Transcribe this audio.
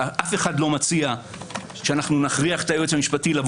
ואף אחד לא מציע שנכריח את היועץ המשפטי לבוא